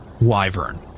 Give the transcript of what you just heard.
wyvern